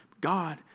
God